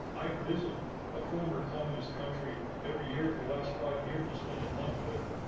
i visit a former communist country every year for the last five years and spend a month there,